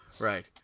right